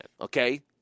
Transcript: Okay